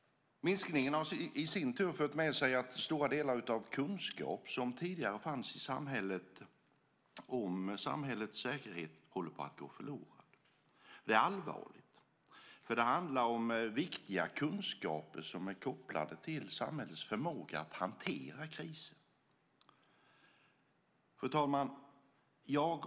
Minskningen har i sin tur fört med sig att stora delar av den kunskap om samhällets säkerhet som tidigare fanns i samhället håller på att gå förlorad. Det är allvarligt, för det handlar om viktiga kunskaper som är kopplade till samhällets förmåga att hantera kriser. Fru talman!